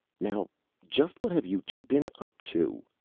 now just what have you two been up to,